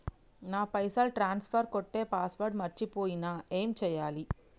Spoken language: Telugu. నా పైసల్ ట్రాన్స్ఫర్ కొట్టే పాస్వర్డ్ మర్చిపోయిన ఏం చేయాలి?